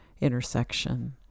intersection